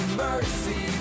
mercy